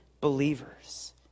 believers